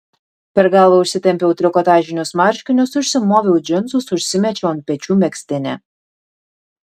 per galvą užsitempiau trikotažinius marškinius užsimoviau džinsus užsimečiau ant pečių megztinį